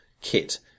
kit